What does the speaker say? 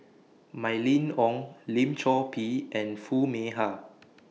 Mylene Ong Lim Chor Pee and Foo Mee Har